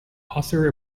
author